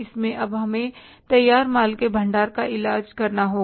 इसमें अब हमें तैयार माल के भंडार का इलाज करना होगा